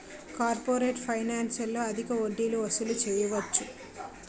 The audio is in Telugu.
కార్పొరేట్ ఫైనాన్స్లో అధిక వడ్డీలు వసూలు చేయవచ్చు